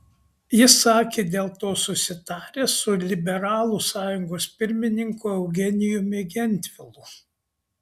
jis sakė dėl to susitaręs su liberalų sąjungos pirmininku eugenijumi gentvilu